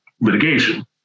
litigation